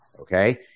Okay